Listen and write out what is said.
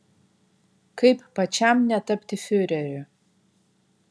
kaip pačiam netapti fiureriu